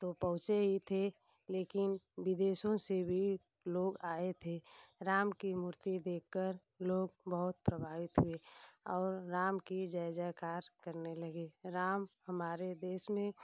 तो पहुँचे ही थे लेकिन विदेशों से भी लोग आए थे राम की मूर्ति देख कर लोग बहुत प्रभावित हुए और राम की जय जयकार करने लगे राम हमारे देश में